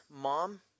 mom